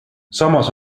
samas